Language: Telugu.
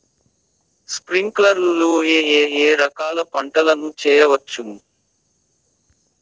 స్ప్రింక్లర్లు లో ఏ ఏ రకాల పంటల ను చేయవచ్చును?